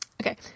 Okay